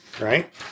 right